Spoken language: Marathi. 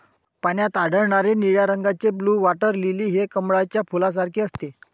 पाण्यात आढळणारे निळ्या रंगाचे ब्लू वॉटर लिली हे कमळाच्या फुलासारखे असते